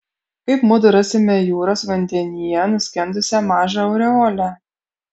kaip mudu rasime jūros vandenyje nuskendusią mažą aureolę